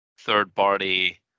Third-party